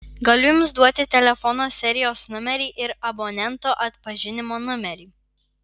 galiu jums duoti telefono serijos numerį ir abonento atpažinimo numerį